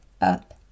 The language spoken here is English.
up